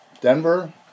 Denver